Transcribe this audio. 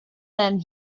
then